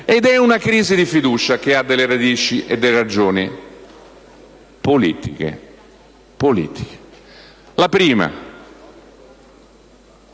Ed è una crisi di fiducia che ha radici e ragioni politiche. La prima: